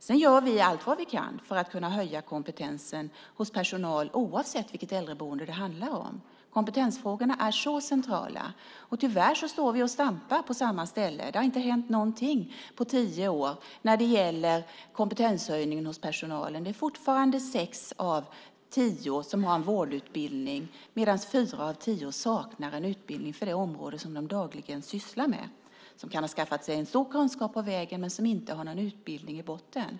Vi gör också allt vi kan för att höja kompetensen hos personalen, oavsett vilket äldreboende det handlar om. Kompetensfrågorna är så centrala, men tyvärr står vi och stampar på samma ställe. Det har inte hänt någonting på tio år när det gäller kompetenshöjning hos personalen. Det är fortfarande bara sex av tio som har en vårdutbildning, medan fyra av tio saknar en utbildning för det område de dagligen sysslar med. De kan förstås ha skaffat sig en stor kunskap på vägen, men de har ingen utbildning i botten.